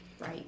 Right